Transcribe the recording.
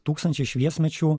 tūkstančiais šviesmečių